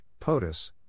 POTUS